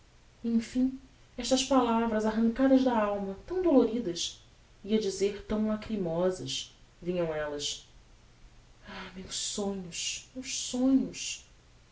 emfim estas palavras arrancadas da alma tão doloridas ia dizer tão lacrimosas vinham ellas oh meus sonhos meus sonhos